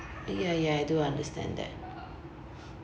ya ya I do understand that